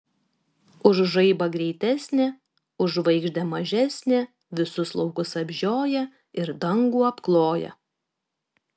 už žaibą greitesnė už žvaigždę mažesnė visus laukus apžioja ir dangų apkloja